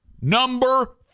Number